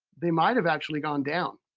the might have actually gone down.